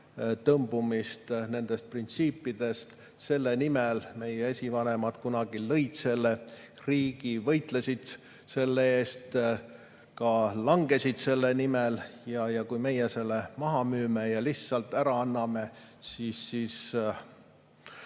tagasitõmbumist nendest printsiipidest. Selle nimel meie esivanemad kunagi lõid selle riigi, võitlesid selle eest, ka langesid selle nimel. Kui meie selle maha müüme ja lihtsalt ära anname, siis vähe